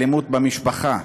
אלימות במשפחה.